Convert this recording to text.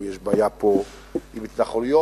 או יש בעיה פה עם התנחלויות.